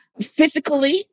physically